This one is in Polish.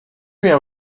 miał